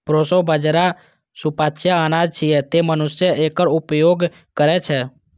proso बाजारा सुपाच्य अनाज छियै, तें मनुष्य एकर उपभोग करै छै